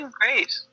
great